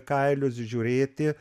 kailius žiūrėti